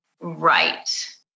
right